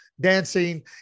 dancing